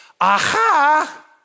Aha